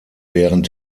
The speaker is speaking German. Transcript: während